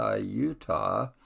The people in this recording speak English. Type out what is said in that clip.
Utah